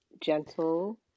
gentle